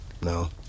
no